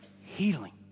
healing